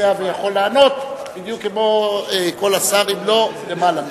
יודע ויכול לענות בדיוק כמו השר, אם לא למעלה מזה.